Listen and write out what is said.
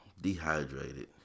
dehydrated